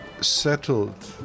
settled